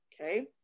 Okay